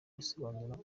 bisobanura